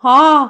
ਹਾਂ